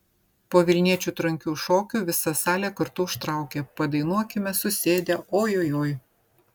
po vilniečių trankių šokių visa salė kartu užtraukė padainuokime susėdę o jo joj